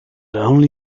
only